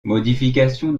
modifications